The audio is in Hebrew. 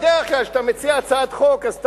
בדרך כלל כשאתה מציע הצעת חוק אתה אומר,